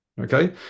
Okay